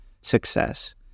success